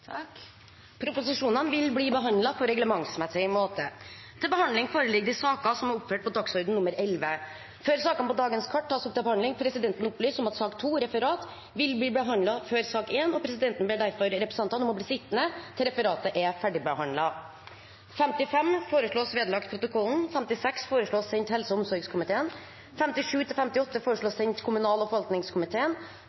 stede og vil ta sete. Før sakene på dagens kart tas opp til behandling, vil presidenten opplyse om at sak nr. 2 – Referat – vil bli behandlet før sak nr. 1, og presidenten ber derfor representantene om å bli sittende til sak nr. 2 er